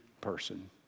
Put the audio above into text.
person